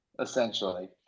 Essentially